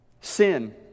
Sin